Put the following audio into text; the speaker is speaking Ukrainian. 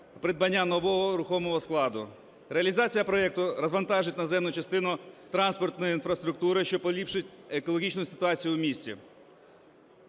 придбання нового рухомого складу. Реалізація проекту розвантажить наземну частину транспортної інфраструктури, що поліпшить екологічну ситуацію в місті.